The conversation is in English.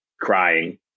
crying